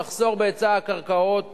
המחסור בהיצע הקרקעות